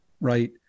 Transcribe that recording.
right